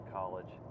college